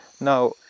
now